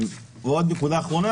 נקודה אחרונה